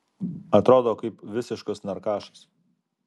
atrodo kaip visiškas narkašas